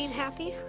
happy.